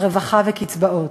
רווחה וקצבאות.